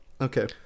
Okay